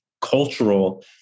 cultural